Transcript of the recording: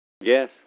Yes